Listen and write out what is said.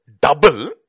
double